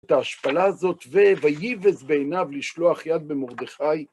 את ההשפלה הזאת, ו-"ויבז בעיניו לשלוח יד במרדכי".